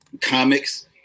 comics